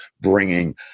bringing